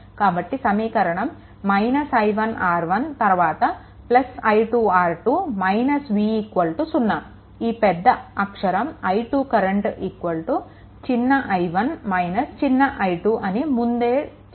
కాబట్టి సమీకరణం I1 R 1 తరువాత I2R 2 v 0 ఈ పెద్ద అక్షరం I2 కరెంట్ చిన్న i1 - చిన్న i2 అని నేను ముందే చెప్పాను